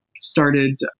started